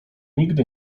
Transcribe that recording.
nigdy